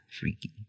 Freaky